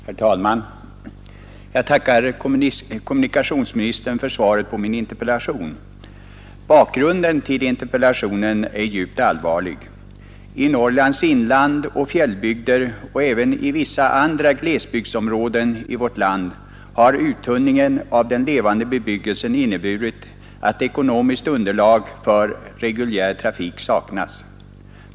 Herr talman! Jag tackar kommunikationsministern för svaret på min interpellation. Bakgrunden till interpellationen är djupt allvarlig. I Norrlands inland och fjällbygder och även i vissa andra glesbygdsområden i vårt land har uttunningen av den levande bebyggelsen inneburit att ekonomiskt underlag för reguljär trafik saknas.